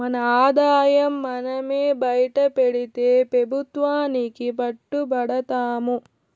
మన ఆదాయం మనమే బైటపెడితే పెబుత్వానికి పట్టు బడతాము